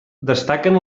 destaquen